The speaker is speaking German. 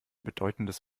bedeutendes